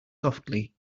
softly